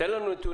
תן לנו נתונים,